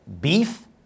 beef